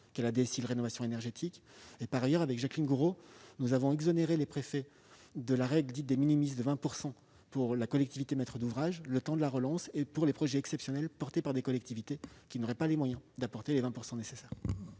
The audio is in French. qu'à la DSIL rénovation énergétique. Par ailleurs, Jacqueline Gourault et moi-même avons exonéré les préfets de la règle de 20 % pour la collectivité maître d'ouvrage, le temps de la relance et pour les projets exceptionnels portés par des collectivités qui n'auraient pas les moyens d'apporter les 20 % nécessaires.